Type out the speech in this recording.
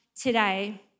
today